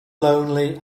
lonely